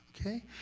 Okay